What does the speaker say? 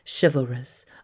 chivalrous